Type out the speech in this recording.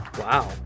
Wow